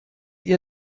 ihr